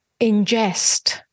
ingest